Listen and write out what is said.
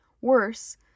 Worse